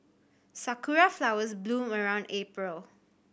sakura flowers bloom around April